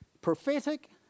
Prophetic